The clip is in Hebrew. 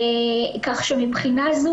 כך שמבחינה זו,